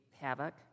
havoc